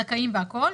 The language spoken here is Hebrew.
זכאים והכול.